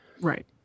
Right